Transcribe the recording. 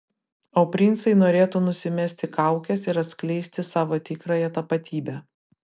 o princai norėtų nusimesti kaukes ir atskleisti savo tikrąją tapatybę